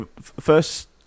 first